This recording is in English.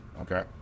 okay